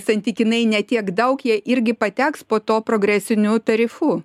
santykinai ne tiek daug jie irgi pateks po to progresiniu tarifu